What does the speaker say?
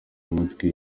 amatwi